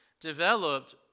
developed